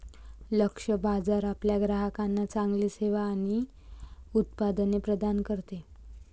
लक्ष्य बाजार आपल्या ग्राहकांना चांगली सेवा आणि उत्पादने प्रदान करते